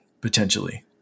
potentially